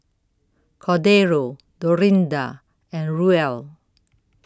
Cordero Dorinda and Ruel